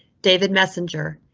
david messenger,